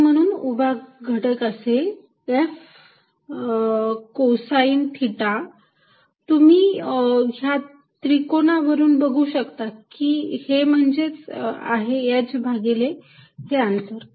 आणि म्हणून उभा घटक होईल F कोसाईन थिटा तुम्ही ह्या त्रिकोणा वरून बघू शकता की हे म्हणजेच आहे h भागिले हे अंतर